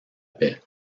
paix